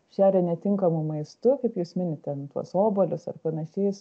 šeria netinkamu maistu kaip jūs minit ten tuos obuolius ar panašiais